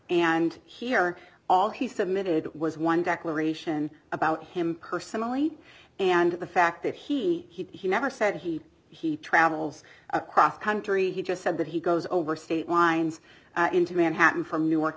and here all he submitted was one declaration about him personally and the fact that he he never said he he travels across country he just said that he goes over state lines into manhattan from newark